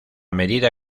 medida